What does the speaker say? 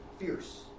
Fierce